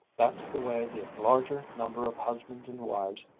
that's the way the larger number of husbands and wives,